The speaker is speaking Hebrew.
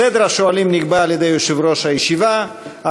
סדר השואלים נקבע על-ידי יושב-ראש הישיבה,